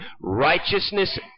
Righteousness